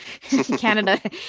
Canada